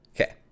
okay